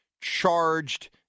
charged